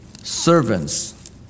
servants